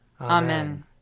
Amen